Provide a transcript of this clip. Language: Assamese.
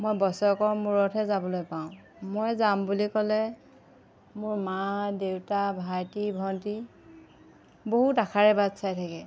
মই বছৰেকৰ মূৰতহে যাবলৈ পাওঁ মই যাম বুলি ক'লে মোৰ মা দেউতা ভাইটি ভণ্টি বহুত আশাৰে বাট চাই থাকে